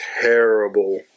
terrible